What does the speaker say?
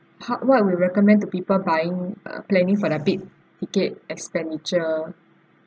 ho~ what we recommend to people buying uh planning for the big ticket expenditure